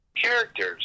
characters